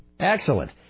Excellent